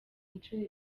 inshuro